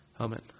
Amen